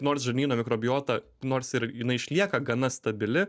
nors žarnyno mikrobiota nors ir jinai išlieka gana stabili